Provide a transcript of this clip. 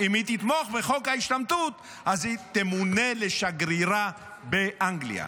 אז היא תמונה לשגרירה באנגליה.